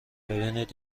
ببینید